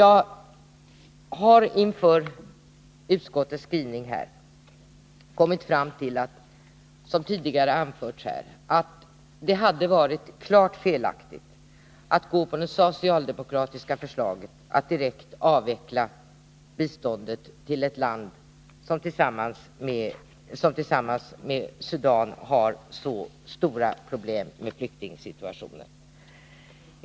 Jag har också i samband med utskottets skrivning kommit fram till att det — som har anförts här tidigare — hade varit klart felaktigt att stödja det socialdemokratiska förslaget att direkt avveckla biståndet till Pakistan som tillsammans med Somalia och Sudan har så stora problem med fiyktingsituationen.